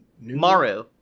Maru